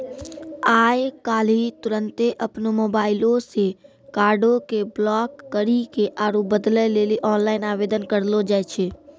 आइ काल्हि तुरन्ते अपनो मोबाइलो से कार्डो के ब्लाक करि के आरु बदलै लेली आनलाइन आवेदन करलो जाय छै